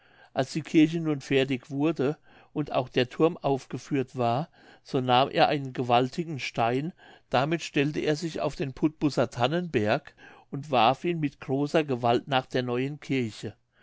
als die kirche nun fertig wurde und auch der thurm aufgeführt war so nahm er einen gewaltigen stein damit stellte er sich auf den putbusser tannenberg und warf ihn mit großer gewalt nach der neuen kirche